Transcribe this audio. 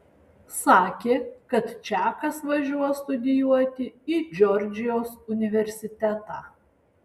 sakė kad čakas važiuos studijuoti į džordžijos universitetą